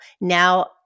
Now